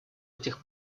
этих